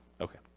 Okay